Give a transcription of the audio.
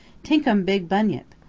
tink um big bunyip.